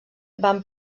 van